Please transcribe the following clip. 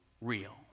real